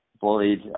bullied